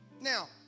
Now